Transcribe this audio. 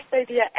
idea